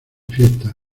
fiestas